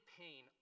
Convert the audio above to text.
pain